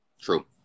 True